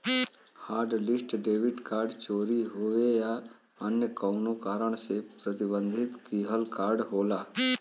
hotlist debit card चोरी होये या अन्य कउनो कारण से प्रतिबंधित किहल कार्ड होला